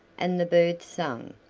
and the birds sang,